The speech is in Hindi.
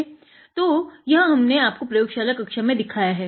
तो यह हमने आपको प्रयोगशाला कक्षा में दिखाया है